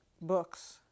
books